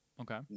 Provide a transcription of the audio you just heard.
okay